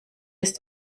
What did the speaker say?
ist